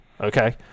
okay